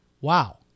Wow